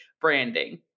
branding